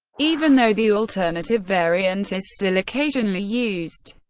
even though the alternative variant is still occasionally used.